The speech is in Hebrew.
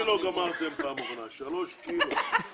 נקודה אחת היא הנושא של פיצוי בגין שכר.